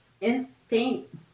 instinct